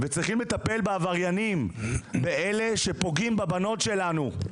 צריכים לטפל בעבריינים, באלה שפוגעים בבנות שלנו.